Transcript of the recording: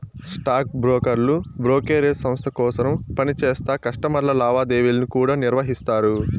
stock బ్రోకర్లు brokerage సంస్త కోసరం పనిచేస్తా కస్టమర్ల లావాదేవీలను కూడా నిర్వహిస్తారు